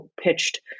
pitched